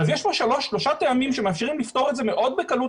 יש פה שלושה טעמים שמאפשרים לפתור בקלות